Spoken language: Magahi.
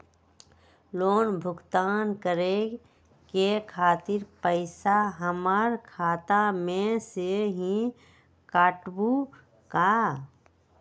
लोन भुगतान करे के खातिर पैसा हमर खाता में से ही काटबहु का?